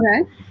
Okay